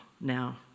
now